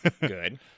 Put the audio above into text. Good